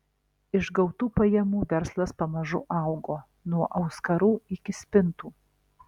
iš gautų pajamų verslas pamažu augo nuo auskarų iki spintų